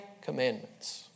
commandments